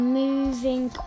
moving